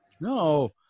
no